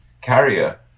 carrier